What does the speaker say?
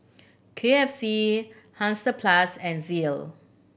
K F C Hansaplast and Sealy